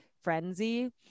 frenzy